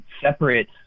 separate